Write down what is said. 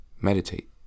meditate